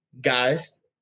Guys